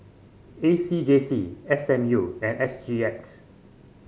A C J C S M U and S G X